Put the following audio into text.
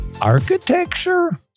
architecture